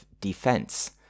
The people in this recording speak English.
defense